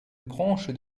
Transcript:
branche